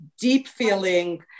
deep-feeling